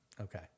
Okay